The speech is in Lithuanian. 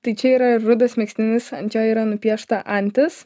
tai čia yra rudas megztinis ant jo yra nupiešta antis